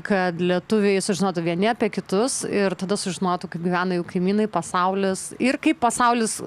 kad lietuviai sužinotų vieni apie kitus ir tada sužinotų kaip gyvena jų kaimynai pasaulis ir kaip pasaulis